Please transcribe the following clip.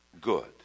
good